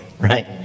right